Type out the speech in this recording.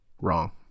Wrong